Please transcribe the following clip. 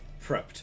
prepped